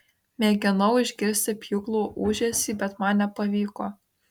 mėginau išgirsti pjūklų ūžesį bet man nepavyko